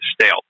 stale